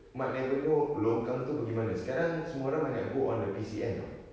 might never know longkang tu pergi mana sekarang semua orang banyak go on the P_C_N tahu